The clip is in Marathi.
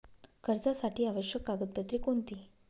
कर्जासाठी आवश्यक कागदपत्रे कोणती?